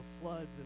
floods